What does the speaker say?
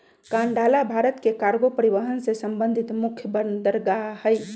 कांडला भारत के कार्गो परिवहन से संबंधित मुख्य बंदरगाह हइ